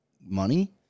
money